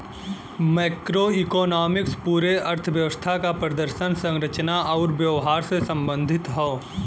macroeconomics पूरे अर्थव्यवस्था क प्रदर्शन, संरचना आउर व्यवहार से संबंधित हौ